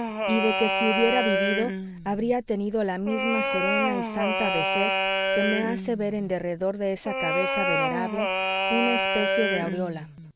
y de que si hubiera vivido habría tenido la misma serena y santa vejez que me hace ver en derredor de esa cabeza venerable una especie de aureola